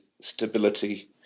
stability